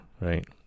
Right